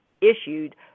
issued